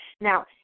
Now